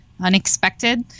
unexpected